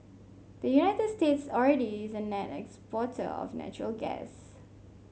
the United States already is a net exporter of natural gas